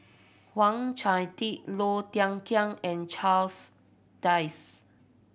Wang Chunde Low Thia Khiang and Charles Dyce